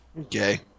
Okay